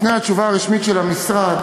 לפני התשובה הרשמית של המשרד,